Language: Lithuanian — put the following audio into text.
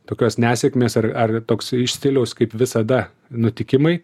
tokios nesėkmės ar ar toks iš stiliaus kaip visada nutikimai